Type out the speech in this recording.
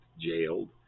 jailed